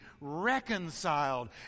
reconciled